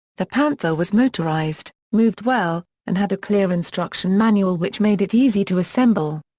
the panther was motorized, moved well, and had a clear instruction manual which made it easy to assemble.